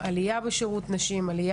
עליה בשירות נשים עליה